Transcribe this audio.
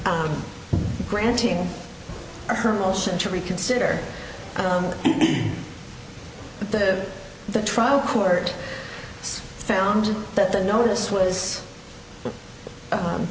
granting her motion to reconsider the the trial court found that the notice was